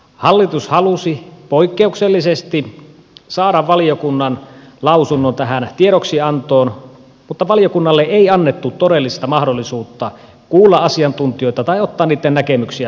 hallitus halusi poikkeuksellisesti saada valiokunnan lausunnon tähän tiedoksiantoon mutta valiokunnalle ei annettu todellista mahdollisuutta kuulla asiantuntijoita tai ottaa niitten näkemyksiä huomioon